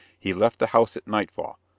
he left the house at nightfall,